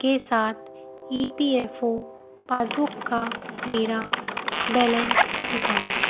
के साथ E P F O passbook का मेरा बैलेंस निकालें